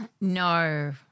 No